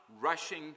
rushing